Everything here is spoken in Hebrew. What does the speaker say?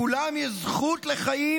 לכולם יש זכות לחיים,